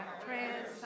prayers